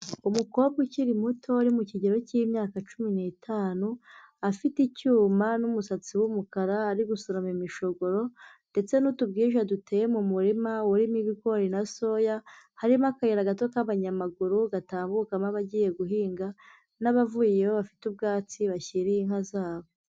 Umukobwa ukiri muto uri mu kigero cy'imyaka cumi n'itanu, afite icyuma n'umusatsi w'umukara, ari gusoroma imishogoro ndetse n'utubwija duteye mu murima urimo ibigori na soya, harimo akayira gato k'abanyamaguru gatambukamo abagiye guhinga n'abavuyeyo bafite ubwatsi bashyiriye inka zabo.